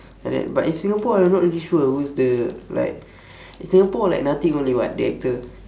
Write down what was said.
like that but if singapore I'm not really sure who's the like in singapore like nothing only [what] the actor